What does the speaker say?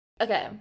Okay